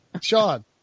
Sean